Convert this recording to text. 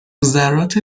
ذرات